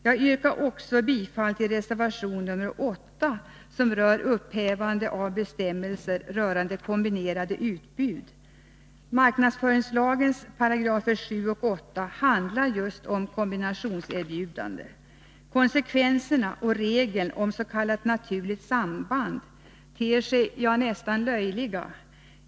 Jag yrkar även bifall till reservation nr 8, som rör upphävande av bestämmelser i marknadsföringslagens 7 och 8 §§ rörande kombinerade utbud. Det handlar om kombinationserbjudanden. Konsekvenserna och regeln oms.k. naturligt samband ter sig nästan löjliga.